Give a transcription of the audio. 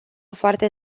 foarte